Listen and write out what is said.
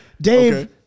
Dave